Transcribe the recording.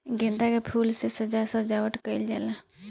गेंदा के फूल से साज सज्जावट कईल जाला